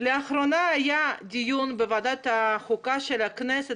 לאחרונה היה דיון בוועדת החוקה של הכנסת